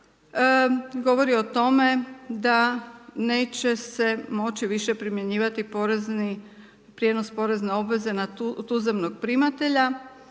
govori o tome da neće se moći više primjenjivati porezni, prijenos porezne obveze na tuzemnog primatelja